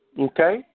okay